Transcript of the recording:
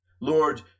Lord